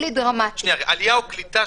עלייה וקליטה,